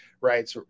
right